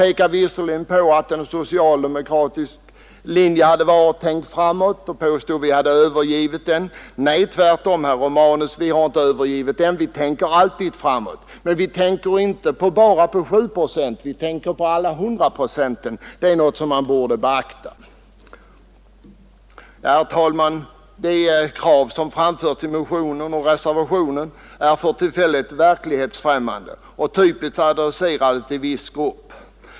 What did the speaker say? Herr Romanus pekar på att en socialdemokratisk linje hade varit: Tänk framåt! Nu påstod herr Romanus att vi hade övergivit den. Nej, herr Romanus, vi tänker tvärtom alltid framåt. Men vi tänker inte bara på 7 procent av medborgarna, utan vi tänker på samtliga 100 procent. Det är något som man borde beakta även i folkpartiet. Herr talman! De krav som framförts i motionen och reservationen är för tillfället verklighetsfrämmande och typiskt adresserade till viss grupp.